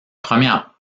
première